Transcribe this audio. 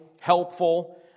helpful